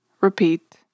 repeat